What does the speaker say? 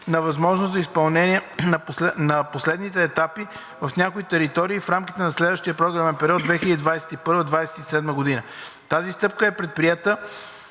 на възможност за изпълнение на последните етапи в някои територии в рамките на следващия програмен период 2021 – 2027 г. Тази стъпка е предприета